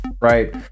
right